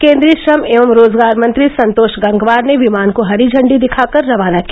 केन्द्रीय श्रम एवं रोजगार मंत्री संतोष गंगवार ने विमान को हरी झंडी दिखाकर रवाना किया